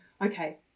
okay